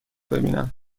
ببینم